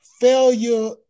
failure